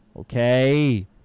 okay